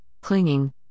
clinging